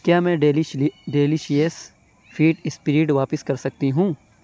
کیا میں delicious fat spread واپس کر سکتی ہوں